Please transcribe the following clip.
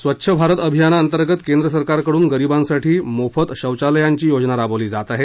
स्वच्छ भारत अभियानाअंतर्गत केंद्र सरकारकडून गरीबांसाठी मोफत शौचालयांची योजना राबवली जात आहे